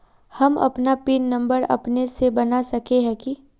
हम अपन PIN number अपने से बना सके है की?